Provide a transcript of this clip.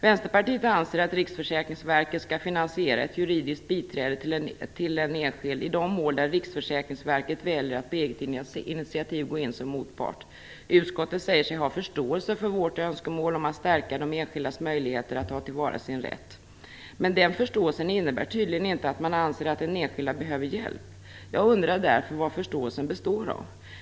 Vänsterpartiet anser att Riksförsäkringsverket skall finansiera ett juridiskt biträde till en enskild i de mål där Riksförsäkringsverket väljer att på eget initiativ gå in som motpart. Utskottet säger sig ha förståelse för vårt önskemål om att stärka de enskildas möjligheter att ta tillvara sin rätt. Men den förståelsen innebär tydligen inte att man anser att den enskilda behöver hjälp. Jag undrar därför vad förståelsen består av.